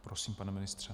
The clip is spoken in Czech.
Prosím, pane ministře.